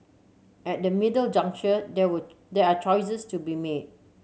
at the middle juncture there were there are choices to be made